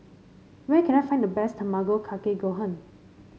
where can I find the best Tamago Kake Gohan